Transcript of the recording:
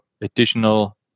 additional